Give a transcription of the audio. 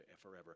forever